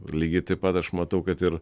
lygiai taip pat aš matau kad ir